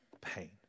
pain